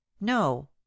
no